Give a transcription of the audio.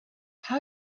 how